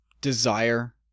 desire